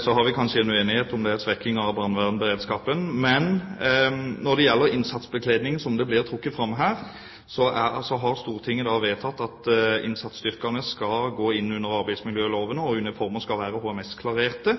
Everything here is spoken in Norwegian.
Så har vi kanskje en uenighet om det er en svekking av brannvernberedskapen. Men når det gjelder innsatsbekledningen, som ble trukket fram her, har Stortinget vedtatt at innsatsstyrkene skal gå inn under arbeidsmiljøloven, og uniformer skal være HMS-klarerte.